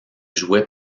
jouait